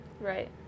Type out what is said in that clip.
Right